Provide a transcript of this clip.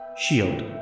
shield